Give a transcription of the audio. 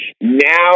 Now